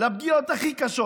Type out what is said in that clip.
לפגיעות הכי קשות.